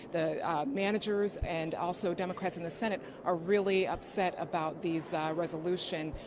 the managers and also democrats in the senate are really upset about these resolutions.